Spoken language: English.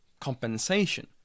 compensation